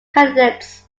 candidates